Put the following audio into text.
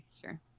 Sure